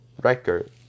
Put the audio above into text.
record